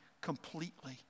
completely